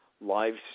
live